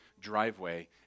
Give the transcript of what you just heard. driveway